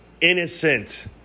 Innocent